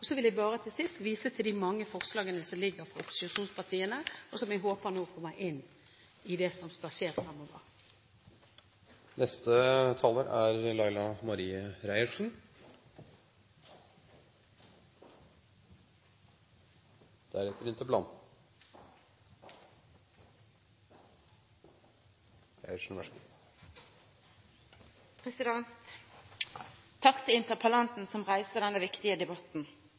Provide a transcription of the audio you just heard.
Så vil jeg bare til sist vise til de mange forslagene som ligger fra opposisjonspartiene, og som jeg håper nå kommer inn i det som skal skje fremover. Takk til interpellanten som reiser denne viktige debatten.